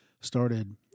started